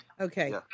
Okay